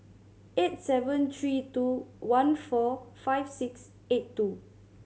eight seven three two one four five six eight two